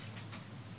חיוביים.